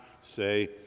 say